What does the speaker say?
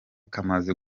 kamaze